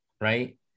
right